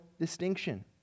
distinction